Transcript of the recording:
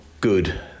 good